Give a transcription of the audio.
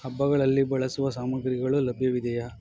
ಹಬ್ಬಗಳಲ್ಲಿ ಬಳಸುವ ಸಾಮಗ್ರಿಗಳು ಲಭ್ಯವಿದೆಯೇ